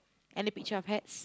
any picture of hats